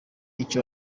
icyo